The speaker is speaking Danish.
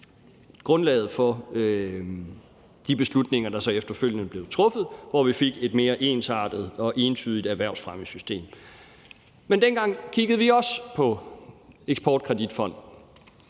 grundlaget for de beslutninger, der så efterfølgende blev truffet, hvor vi fik et mere ensartet og entydigt erhvervsfremmesystem. Men dengang kiggede vi også på eksportkreditfonden,